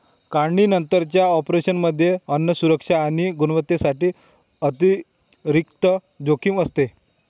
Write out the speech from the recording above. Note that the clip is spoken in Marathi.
काढणीनंतरच्या ऑपरेशनमध्ये अन्न सुरक्षा आणि गुणवत्तेसाठी अतिरिक्त जोखीम असते